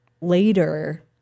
later